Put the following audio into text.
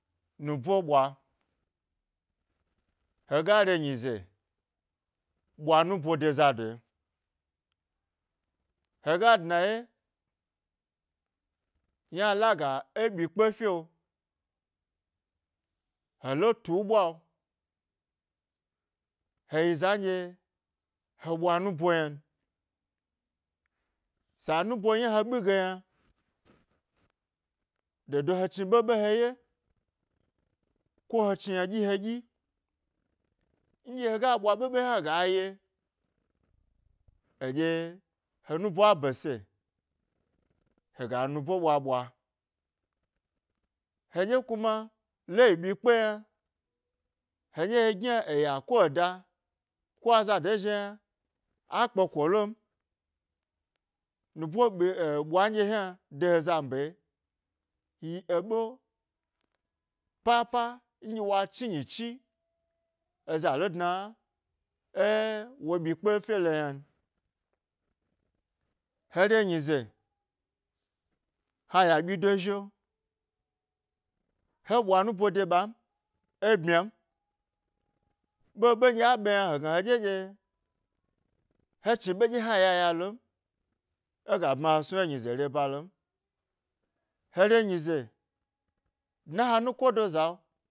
Nubo, ɓwa, hega re nyi ze ɓwa nubo de zado, hega dna ye, yna laga e ɓyi kpe fyo, he le tu ɓwa yi za nɗye he ɓwa nu bo yna n. Sa nubo yna he ɓi ge yna, do do he chni ɓeɓe he ye, ko he chni yna ɗyi he dyi nɗye hega ɓwa ɓe ɓe hna ga ye eɗye he nubo a ɓese, hega nubo ɓwa bwa, heɗye kuma le yi ɓyi kpe yna heɗye he gyna ėyya ko eda ko azado zhi'o yna a kpeko lo n nubo ɓi, ɓwa nɗye yna de he zambe yi eɓe papa nɗye wa chni nyichi eza le dne wo ɓyi kpe fye lo yna. He re nyize ha ayya ɓyi do zhi'o he ɓwa nubo de ɓam e bmya n ɓe ɓe nɗye aɓe yna hegna heɗye ɗye ɗye he dni ɓe hna yaya lo n ega bma he snu e he nyize re ba lon he re nyi ze dna e he nuko do za.